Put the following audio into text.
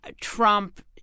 Trump